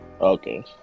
Okay